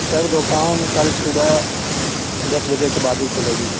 سر دکان کل صبح دس بجے کے بعد ہی کھلے گی